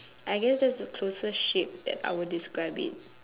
I guess that's the closest shape that I would describe it